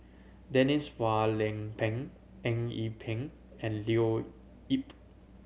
Denise Phua Lay Peng Eng Yee Peng and Leo Yip